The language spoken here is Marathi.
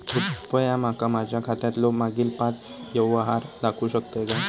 कृपया माका माझ्या खात्यातलो मागील पाच यव्हहार दाखवु शकतय काय?